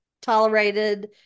tolerated